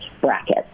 bracket